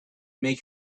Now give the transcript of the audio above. make